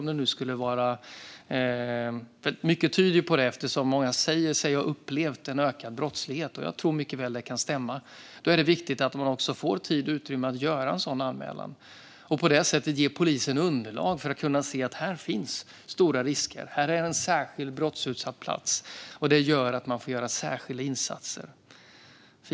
Mycket tyder på att det skulle göra nytta eftersom många säger sig ha upplevt en ökad brottslighet. Jag tror mycket väl att det kan stämma. Då är det viktigt att man får tid och utrymme att göra en anmälan och på det sättet ge polisen underlag för att kunna se var det finns stora risker och särskilt brottsutsatta platser. Det gör att man får göra särskilda insatser.